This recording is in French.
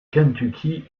kentucky